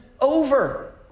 over